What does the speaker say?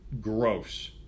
gross